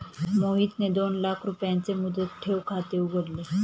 मोहितने दोन लाख रुपयांचे मुदत ठेव खाते उघडले